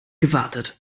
gewartet